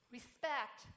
Respect